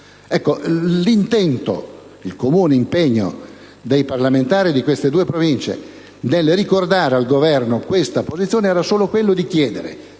L'intento ed il comune impegno dei parlamentari di queste due Province nel ricordare al Governo questa posizione era solo quello di chiedere